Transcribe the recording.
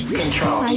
control